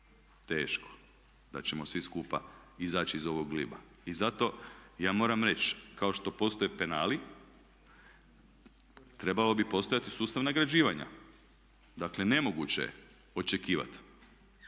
teško da ćemo svi skupa izaći iz ovog gliba. I zato ja moram reći kao što postoje penali, trebao bi postojati sustav nagrađivanja. Dakle nemoguće je očekivati